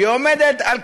היא עומדת על כ-41%,